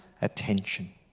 attention